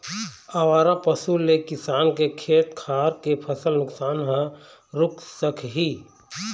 आवारा पशु ले किसान के खेत खार के फसल नुकसान ह रूक सकही